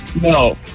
No